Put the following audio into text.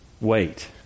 wait